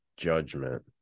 judgment